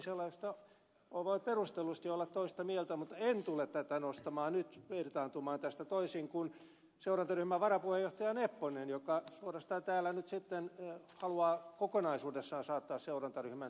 sellaisista voi perustellusti olla toista mieltä mutta en tule tätä nostamaan nyt irtaantumaan tästä toisin kuin seurantaryhmän varapuheenjohtaja nepponen joka suorastaan täällä nyt sitten haluaa kokonaisuudessaan saattaa seurantaryhmän työn kyseenalaiseksi